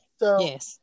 Yes